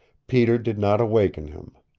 peter did not awaken him.